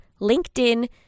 LinkedIn